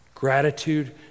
Gratitude